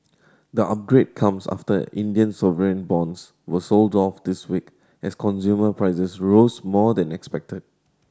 the upgrade comes after Indian sovereign bonds were sold off this week as consumer prices rose more than expected